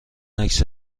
عکس